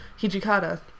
Hijikata